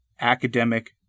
academic